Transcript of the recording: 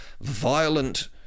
violent